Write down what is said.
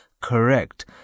correct